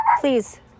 Please